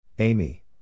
Amy